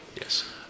Yes